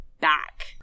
back